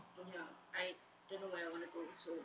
ya I don't know where I want to go also